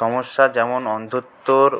সমস্যা যেমন অন্ধত্বর